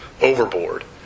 overboard